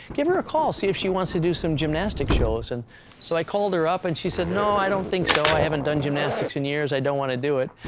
give her a call, see if she wants to do some gymnastic shows. and so i called her up and she said, no, i don't think so, i haven't done gymnastics in years, i don't want to do it,